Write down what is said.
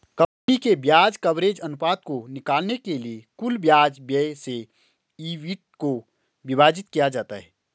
company के ब्याज coverage अनुपात को निकालने के लिए कुल ब्याज व्यय से ईबिट को विभाजित किया जाता है